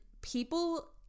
people